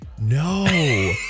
No